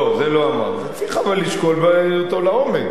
לא, זה לא אמרתי, אבל צריך לשקול אותו לעומק.